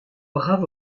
brave